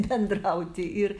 bendrauti ir